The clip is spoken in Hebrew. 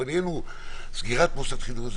במיוחד בסגירת מוסד חינוך,